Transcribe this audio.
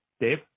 Dave